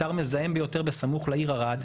אתר מזהם ביותר בסמוך לעיר ערד,